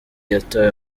yatawe